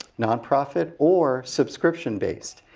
non-profit or subscription based.